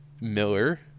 Miller